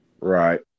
Right